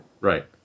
Right